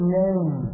name